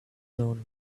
known